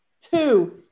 Two